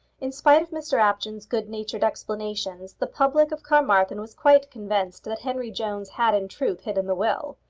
in spite of mr apjohn's good-natured explanations, the public of carmarthen was quite convinced that henry jones had in truth hidden the will.